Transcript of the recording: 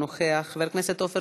חבר הכנסת אוסאמה סעדי,